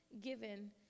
given